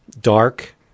dark